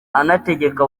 anategeka